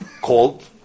called